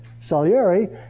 Salieri